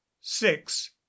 six